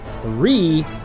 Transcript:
three